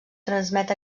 transmet